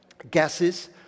Gases